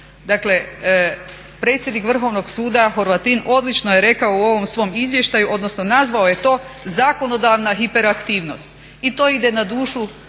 Dakle predsjednik Vrhovnog suda Hrvatin odlično je rekao u ovom svom izvještaju odnosno nazvao je to zakonodavna hiperaktivnost i to ide na dušu